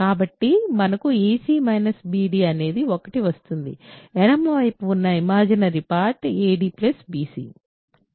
కాబట్టి మనకు ac bd అనేది 1 వస్తుంది ఎడమ వైపున ఉన్న ఇమాజినరీ పార్ట్ ad bc